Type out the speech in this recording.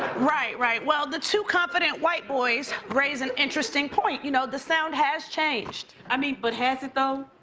right, right. well the two confident white boys raise an interesting point. you know the sound has changed i mean but has it though.